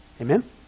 Amen